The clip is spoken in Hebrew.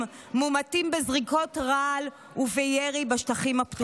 מומתים בזריקות רעל ובירי בשטחים הפתוחים.